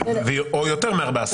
או יותר מארבעה שרים.